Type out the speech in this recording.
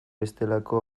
bestelako